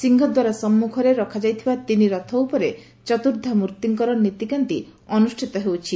ସିଂହଦ୍ୱାର ସମ୍ମଖରେ ରଖାଯାଇଥିବା ତିନି ରଥ ଉପରେ ଚତୂର୍ବ୍ଧା ମୁର୍ଭିଙ୍କର ନୀତିକାନ୍ତି ଅନୁଷ୍ତିତ ହେଉଛି